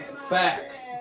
facts